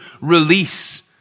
release